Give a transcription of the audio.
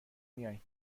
میایم